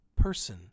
person